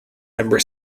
member